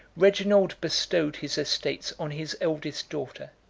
reginald bestowed his estates on his eldest daughter,